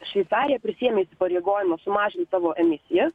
šveicarija prisiėmė įsipareigojimus sumažint savo emisijas